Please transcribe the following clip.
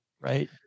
right